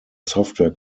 software